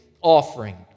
offering